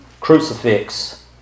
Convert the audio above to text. crucifix